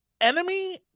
enemy